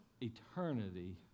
eternity